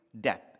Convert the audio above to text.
death